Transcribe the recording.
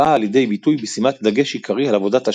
הבאה לידי ביטוי בשימת דגש עיקרי על עבודת ה',